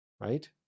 Right